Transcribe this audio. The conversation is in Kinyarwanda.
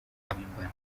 mpimbano